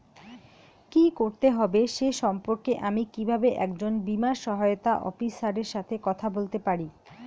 কী করতে হবে সে সম্পর্কে আমি কীভাবে একজন বীমা সহায়তা অফিসারের সাথে কথা বলতে পারি?